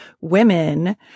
women